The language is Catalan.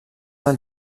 del